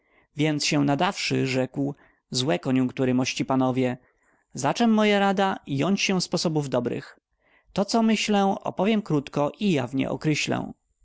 więc się nadąwszy rzekł złe konjunktury mości panowie zaczem moja rada jąć się sposobów dobrych to co myślę opowiem krótko i jawnie